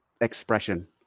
expression